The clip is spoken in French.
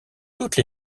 toutes